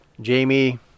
Jamie